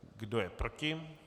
Kdo je proti?